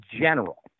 general